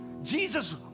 Jesus